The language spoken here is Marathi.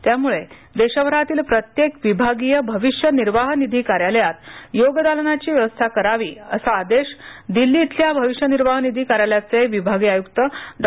त्यामुळे देशभरातील प्रत्येक विभागीय भविष्य निर्वाह निधी कार्यालयात योग दालनाची व्यवस्था करावी असा आदेश दिल्ली इथल्याभविष्य निर्वाह निधी कार्यालयाचे विभागीय आयुक्त डॉ